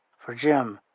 for jim,